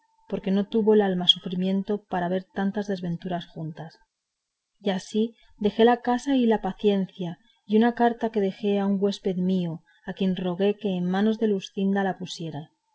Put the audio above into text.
porque no tuvo el alma sufrimiento para ver tantas desventuras juntas y así dejé la casa y la paciencia y una carta que dejé a un huésped mío a quien rogué que en manos de luscinda la pusiese